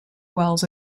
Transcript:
wells